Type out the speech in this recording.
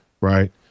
right